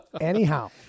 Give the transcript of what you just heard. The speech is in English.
Anyhow